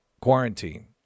quarantine